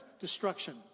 destruction